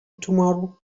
tomorrow